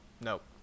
Nope